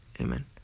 Amen